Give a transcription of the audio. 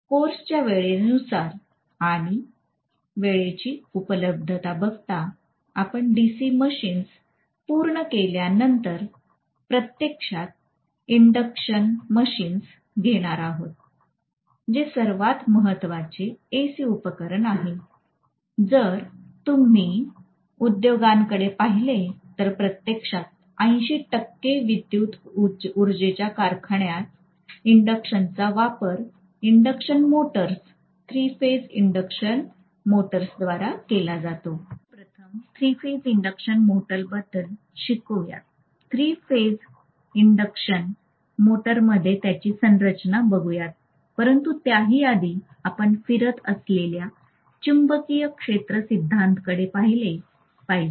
course च्या वेळेनुसार आणि वेळेची उपलब्धता बघता आपण डीसी मशीन्स पूर्ण केल्यानंतर प्रत्यक्षात इंडक्शन मशीन्स घेणार आहोत जे सर्वात महत्त्वाचे एसी उपकरण आहे जर तुम्ही उद्योगांकडे पाहिले तर प्रत्यक्षात ८० टक्के विद्युत ऊर्जेच्या कारखान्यात इंडक्शनचा वापर induction motors three phase induction मोटर्सद्वारे केला जातो तर आपण प्रथम थ्री फेज इंडक्शन मोटर बद्दल शिकुयात थ्री फेज इंडक्शन मोटर मध्ये त्याची संरचना बघुयात परंतु त्याही आधी आपण फिरत असलेल्या चुंबकीय क्षेत्र सिद्धांताकडे पाहिले पाहिजे